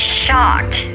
shocked